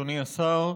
אדוני השר,